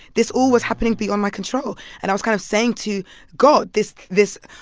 this all was happening beyond my control. and i was kind of saying to god, this this